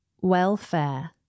Welfare